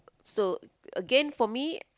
so again for me